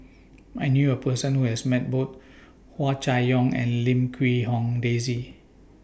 I knew A Person Who has Met Both Hua Chai Yong and Lim Quee Hong Daisy